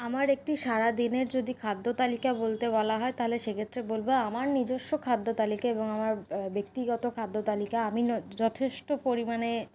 আমার একটি সারা দিনের যদি খাদ্য তালিকা বলতে বলা হয় তাহলে সেক্ষেত্রে বলবো আমার নিজস্ব খাদ্য তালিকা এবং আমার ব্যক্তিগত খাদ্য তালিকা আমি যথেষ্ট পরিমাণে